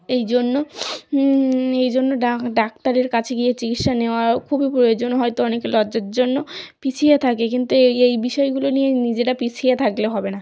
এই জন্য এই জন্য ডাক্তারের কাছে গিয়ে চিকিৎসা নেওয়া খুবই প্রয়োজন হয়তো অনেকে লজ্জার জন্য পিছিয়ে থাকে কিন্তু এই এই বিষয়গুলো নিয়ে নিজেরা পিছিয়ে থাকলে হবে না